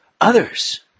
others